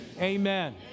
Amen